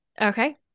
Okay